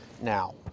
Now